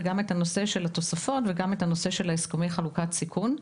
וגם את הנושא של התוספות ואת הנושא של הסכמי חלוקת סיכון.